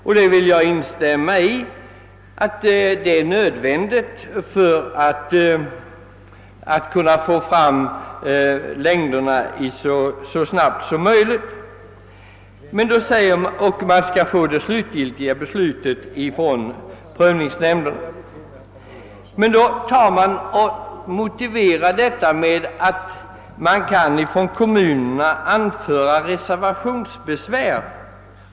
Jag vill instämma i att det är nödvändigt att få fram längderna och därmed det slutgiltiga beslutet från prövningsnämnden så snabbt som möjligt. Utskottet anför därför, att kommunerna har möjligheter att anföra reservationsbesvär.